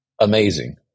amazing